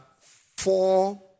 four